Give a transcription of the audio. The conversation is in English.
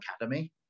Academy